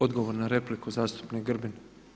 Odgovor na repliku zastupnik Grbin.